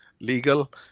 legal